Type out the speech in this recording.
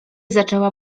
zaczęła